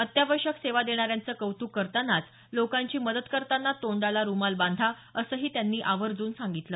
अत्यावश्यक सेवा देण्याऱ्यांचं कौतुक करतानाच लोकांची मदत करतांना तोंडाला रुमाल बांधा असंही त्यांनी आर्वजून सांगितलं